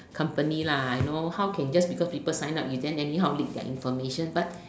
company lah you know how can just because people sign up you then just anyhow leak their information but